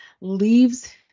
leaves